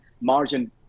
margin